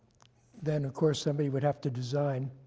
then, of course, somebody would have to design